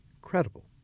credible